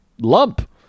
lump